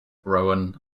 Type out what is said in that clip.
rowan